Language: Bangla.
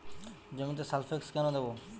জমিতে সালফেক্স কেন দেবো?